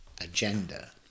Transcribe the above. agenda